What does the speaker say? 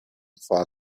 for